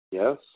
Yes